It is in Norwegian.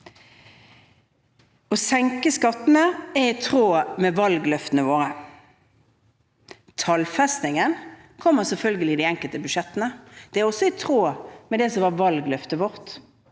Å senke skattene er i tråd med valgløftene våre. Tallfestingen kommer selvfølgelig i de enkelte budsjettene. Det er også i tråd med det som var valgløftet vårt.